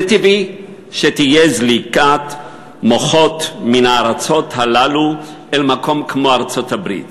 זה טבעי שתהיה זליגת מוחות מהארצות הללו אל מקום כמו ארצות-הברית.